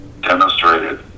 demonstrated